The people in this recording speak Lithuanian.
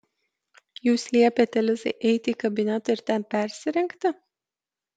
jūs liepėte lizai eiti į kabinetą ir ten persirengti